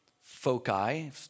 foci